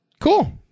Cool